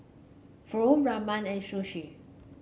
Pho Ramen and Sushi